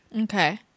Okay